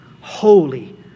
Holy